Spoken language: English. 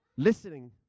Listening